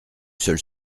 seul